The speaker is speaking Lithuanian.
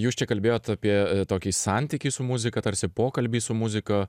jūs čia kalbėjot apie tokį santykį su muzika tarsi pokalbį su muzika